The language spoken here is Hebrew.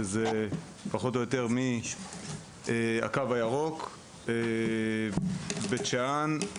שזה פחות או יותר מהקו הירוק עד בית שאן,